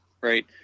right